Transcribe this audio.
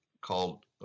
called